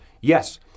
Yes